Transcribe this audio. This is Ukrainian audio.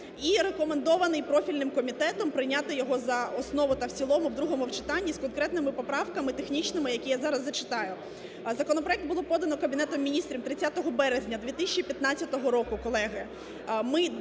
і рекомендований профільним комітетом, прийняти його за основу та в цілому у другому читанні з конкретними поправками технічними, які я зараз зачитаю. Законопроект було подано Кабінетом Міністрів 30 березня 2015 року, колеги.